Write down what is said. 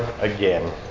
again